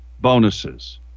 bonuses